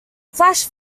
flash